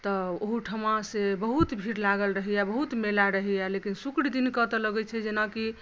तऽ ओहूठमा से बहुत भीड़ लागल रहैया बहुत मेला रहैया लेकिन शुक्र दिन कऽ तऽ लगै छै जेनाकि